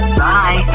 bye